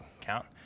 count